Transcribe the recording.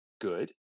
good